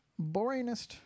boringest